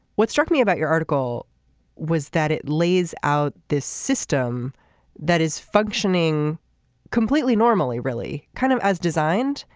what struck me about your article was that it lays out this system that is functioning completely normally really kind of as designed.